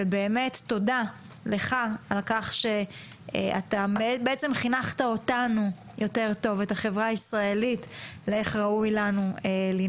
תודה לך על כך שחינכת את החברה הישראלית יותר טוב בשאלה איך ראוי שננהג.